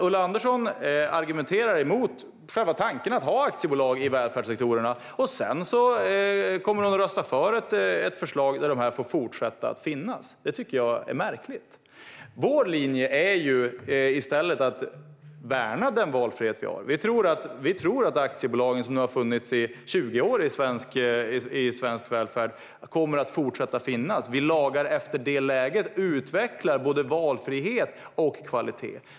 Ulla Andersson argumenterar emot själva tanken att ha aktiebolag i välfärdssektorerna. Sedan kommer hon att rösta för ett förslag som innebär att de får fortsätta att finnas. Det tycker jag är märkligt. Vår linje är att värna den valfrihet som vi har. Vi tror att aktiebolagen som nu har funnits i 20 år i svensk välfärd kommer att fortsätta att finnas där. Vi lagar efter detta läge och utvecklar både valfrihet och kvalitet.